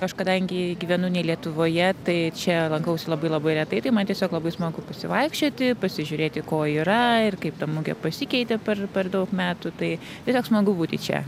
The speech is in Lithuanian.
aš kadangi gyvenu ne lietuvoje tai čia lankausi labai labai retai tai man tiesiog labai smagu pasivaikščioti pasižiūrėti ko yra ir kaip ta mugė pasikeitė per per daug metų tai tiesiog smagu būti čia